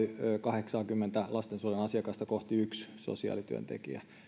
kahdeksaakymmentä lastensuojelun asiakasta kohti yksi sosiaalityöntekijä